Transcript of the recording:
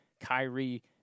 Kyrie